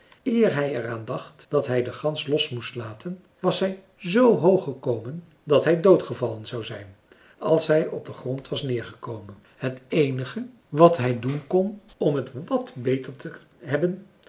eer hij er aan dacht dat hij de gans los moest laten was hij z hoog gekomen dat hij doodgevallen zou zijn als hij op den grond was neergekomen het eenige wat hij doen kon om het wat beter te hebben